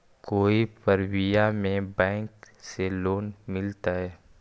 कोई परबिया में बैंक से लोन मिलतय?